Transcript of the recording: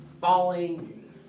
falling